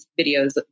videos